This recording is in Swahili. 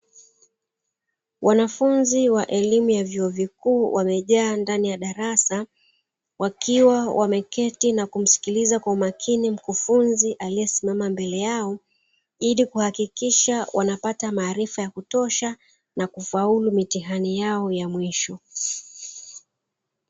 Wanafunziwa elimu ya vyuo vikuu wamejaa ndani ya darasa, wakiwa wameketi na kumsikiliza mkufunzi aliyesimama mbele yao, ili kuhakikisaha wanapata maarifa ya kutosha na kufauru mitihani yao ya mwisho.